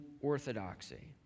orthodoxy